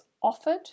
offered